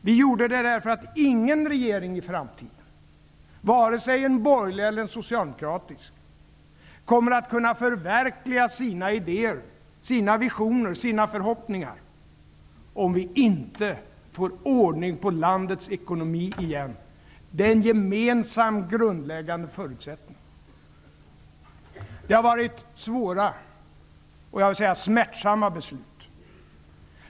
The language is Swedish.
Vi gjorde det därför att ingen regering i framtiden -- vare sig en borgerlig eller en socialdemokratisk -- kommer att kunna förverkliga sina idéer, sina visioner, sina förhoppningar om vi inte får ordning på landets ekonomi igen. Det är en gemensam grundläggande förutsättning. Det har varit svåra och smärtsamma beslut.